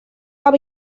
habe